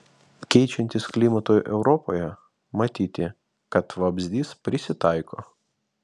keičiantis klimatui europoje matyti kad vabzdys prisitaiko